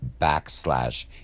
backslash